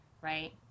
Right